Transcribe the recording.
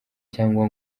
cyangwa